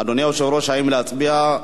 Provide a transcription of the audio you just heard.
אדוני היושב-ראש, האם להצביע,